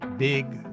big